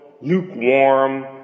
lukewarm